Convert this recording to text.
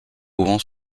ouvrant